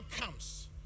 comes